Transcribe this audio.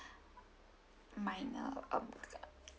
minor um uh